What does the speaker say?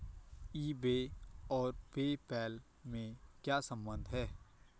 ई बे और PayPal में क्या संबंध है?